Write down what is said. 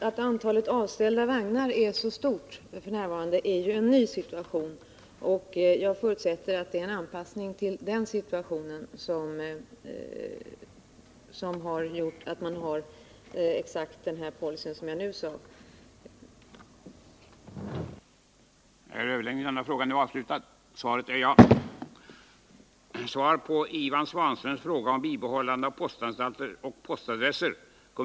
Att antalet avställda vagnar f.n. är så stort är ju en ny situation, och jag förutsätter att det är en anpassning till denna situation som gjort att man driver den policy jag nyss talade om.